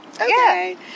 Okay